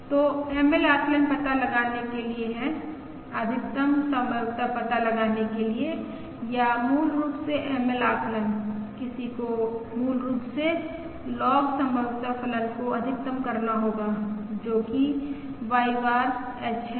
तो ML आकलन पता लगाने के लिए है अधिकतम संभाव्यता पता लगाने के लिए या मूल रूप से ML आकलन किसी को मूल रूप से लॉग संभाव्यता फलन को अधिकतम करना होगा जो कि Y बार h है